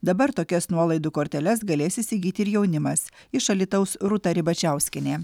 dabar tokias nuolaidų korteles galės įsigyti ir jaunimas iš alytaus rūta ribačiauskienė